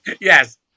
yes